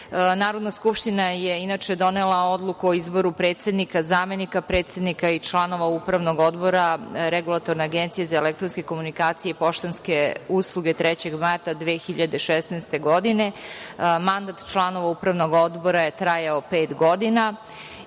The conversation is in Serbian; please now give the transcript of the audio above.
usluge. Narodna skupština je, inače, donela Odluku o izboru predsednika, zamenika predsednika i članova Upravnog odbora Regulatorne agencije za elektronske komunikacije i poštanske usluge 3. marta 2016. godine. Mandat članova Upravnog odbora je trajao pet godina. Imajući